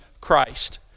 Christ